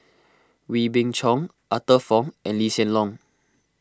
Wee Beng Chong Arthur Fong and Lee Hsien Loong